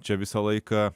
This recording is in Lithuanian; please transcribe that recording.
čia visą laiką